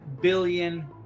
billion